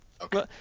Okay